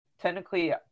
technically